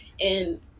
and-